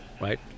right